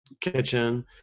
kitchen